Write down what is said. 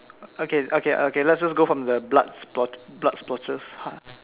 okay okay okay let's just go from the blood splo~ blood splotches uh